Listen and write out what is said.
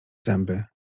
zęby